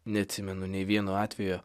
neatsimenu nė vieno atvejo